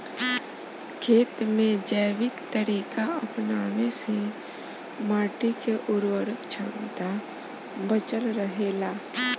खेत में जैविक तरीका अपनावे से माटी के उर्वरक क्षमता बचल रहे ला